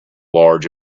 large